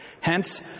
Hence